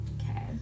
Okay